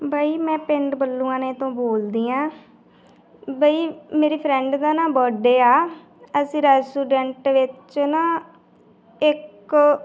ਬਈ ਮੈਂ ਪਿੰਡ ਬੱਲੂ ਆਂਨੇ ਤੋਂ ਬੋਲਦੀ ਹਾਂ ਬਈ ਮੇਰੀ ਫਰੈਂਡ ਦਾ ਨਾ ਬਡੇ ਆ ਅਸੀਂ ਰੈਸਟੋਡੈਂਟ ਵਿੱਚ ਨਾ ਇੱਕ